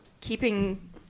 keeping